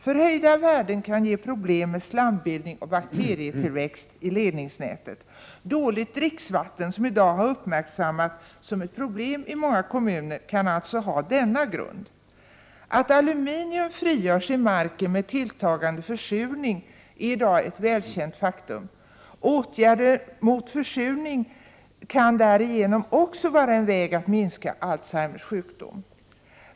Förhöjda värden kan ge problem med slambildning och bakterietillväxt i ledningsnätet. Dåligt dricksvatten, som i dag har uppmärksammats som ett problem i många kommuner, kan alltså ha denna grund. Att aluminium frigörs i marken med tilltagande försurning är i dag ett välkänt faktum. Åtgärder mot försurning kan därigenom också vara en väg att minska Alzheimers sjukdom.